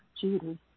Judy